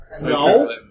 No